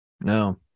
No